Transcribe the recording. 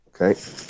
Okay